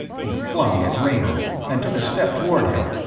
he flung at raynor, and took a step toward him,